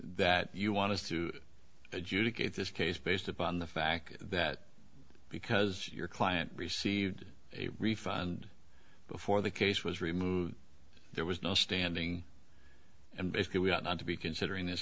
that you want to adjudicate this case based upon the fact that because your client received a refund before the case was removed there was no standing and basically we ought not to be considering this